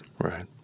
Right